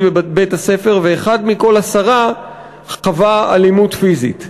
בבית-הספר ואחד מכל עשרה חווה אלימות פיזית.